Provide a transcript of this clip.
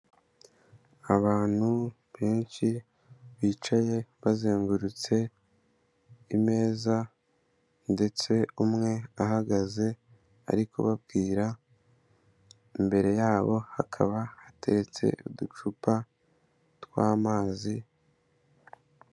Abantu benshi bicaye bazengurutse, imeza, ndetse umwe ahagaze, ariko babwira, imbere yabo hakaba hateretse uducupa tw'amazi.